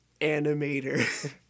animator